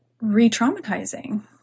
re-traumatizing